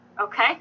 Okay